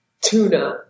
Tuna